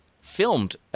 filmed